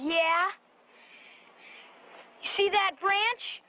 yeah she that branch